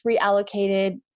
reallocated